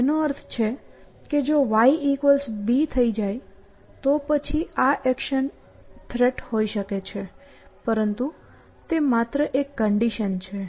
જેનો અર્થ છે કે જો yB થઈ જાય તો પછી આ એક્શન થ્રેટ હોઈ શકે છે પરંતુ તે માત્ર એક કન્ડિશન છે